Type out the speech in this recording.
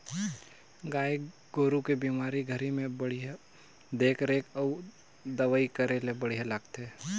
गाय गोरु के बेमारी घरी में बड़िहा देख रेख अउ दवई करे ले लगथे